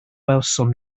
welsom